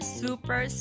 super